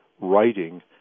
writing